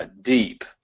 deep